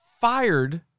fired